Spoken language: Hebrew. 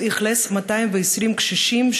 הוא אכלס 220 קשישים,